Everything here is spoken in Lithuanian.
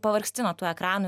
pavargsti nuo tų ekranų